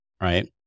right